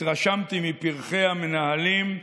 התרשמתי מפרחי המנהלים,